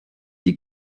die